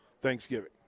thanksgiving